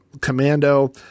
Commando